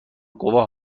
گواه